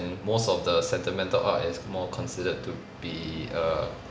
most of the sentimental art is more considered to be a